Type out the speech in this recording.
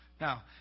now